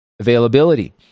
availability